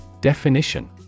Definition